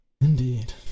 indeed